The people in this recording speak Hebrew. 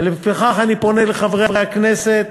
ולפיכך אני פונה לחברי הכנסת